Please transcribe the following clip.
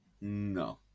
no